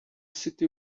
city